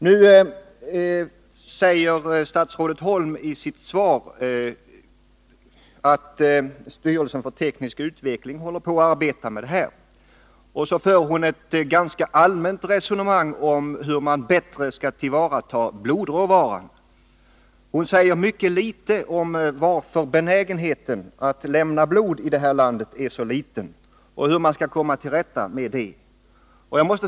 Nu säger statsrådet Holm i sitt svar att styrelsen för teknisk utvecking håller på och arbetar med detta, och sedan för hon ett ganska allmänt resonemang om hur man bättre skall tillvarata blodråvaran. Hon säger mycket litet om varför benägenheten att lämna blod i det här landet är så liten och hur man skall komma till rätta med det.